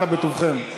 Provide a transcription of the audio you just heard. אנא, בטובכם.